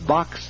Box